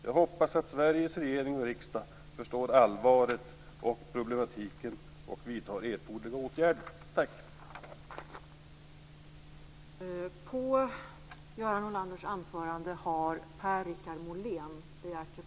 Jag hoppas att Sveriges regering och riksdag förstår allvaret och problematiken och vidtar erforderliga åtgärder. Tack!